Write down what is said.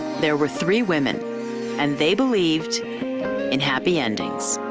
there were three women and they believed in happy endings.